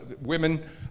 women